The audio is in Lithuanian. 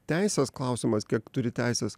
teisės klausimas kiek turi teisės